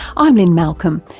i'm lynne malcolm,